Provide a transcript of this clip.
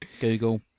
Google